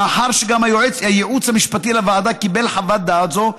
מאחר שגם הייעוץ המשפטי לוועדה קיבל חוות דעת זו,